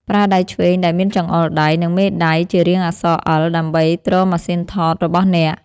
ប្រើដៃឆ្វេងដែលមានចង្អុលដៃ និងមេដៃជារាងអក្សរ អិល ដើម្បីទ្រម៉ាស៊ីនថតរបស់អ្នក។